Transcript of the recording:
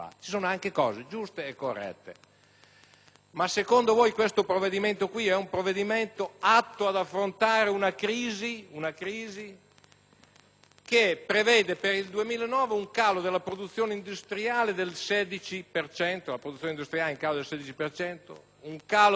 ma secondo voi questo provvedimento è adatto ad affrontare una crisi che prevede per il 2009 un calo della produzione industriale del 16 per cento? Un calo di due punti del prodotto interno lordo